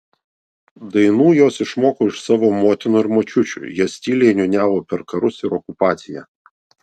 dainų jos išmoko iš savo motinų ir močiučių jas tyliai niūniavo per karus ir okupaciją